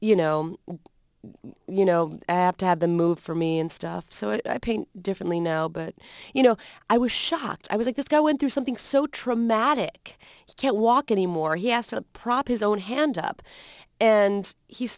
you know you know ab to have the movie for me and stuff so i paint differently now but you know i was shocked i was like just go and do something so traumatic you can't walk anymore he asked a prop his own hand up and he's